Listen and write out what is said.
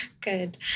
Good